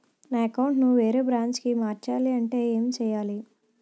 నా అకౌంట్ ను వేరే బ్రాంచ్ కి మార్చాలి అంటే ఎం చేయాలి?